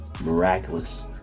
miraculous